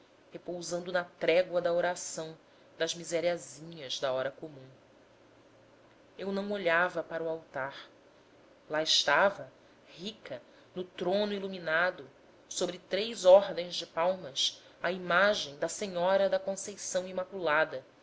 repousando na trégua da oração das miseriazinhas da hora comum eu não olhava para o altar li estava rica no trono iluminado sobre três ordens de palmas a imagem da senhora da conceição imaculada